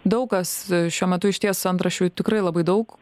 daug kas šiuo metu išties antraščių tikrai labai daug